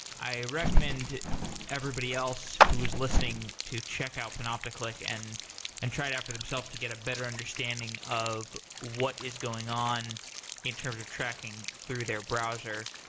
i recommend everybody else who's listening to check out panopticlick and and try it out for them self to get a better understanding of what is going on in terms of tracking through their browser.